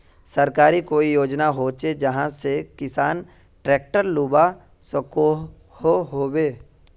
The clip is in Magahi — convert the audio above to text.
सरकारी कोई योजना होचे जहा से किसान ट्रैक्टर लुबा सकोहो होबे?